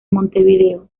montevideo